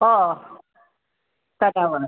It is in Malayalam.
ഓ കരവാളൂർ